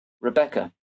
Rebecca